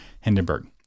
Hindenburg